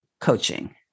coaching